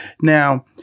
Now